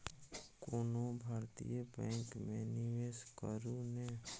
कोनो भारतीय बैंक मे निवेश करू ने